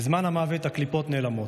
בזמן המוות הקליפות נעלמות,